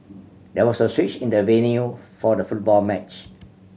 there was a switch in the venue for the football match